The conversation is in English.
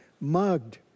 mugged